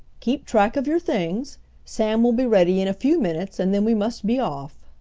keep track of your things. sam will be ready in a few minutes, and then we must be off.